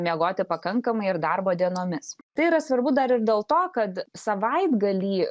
miegoti pakankamai ir darbo dienomis tai yra svarbu dar ir dėl to kad savaitgalį